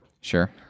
Sure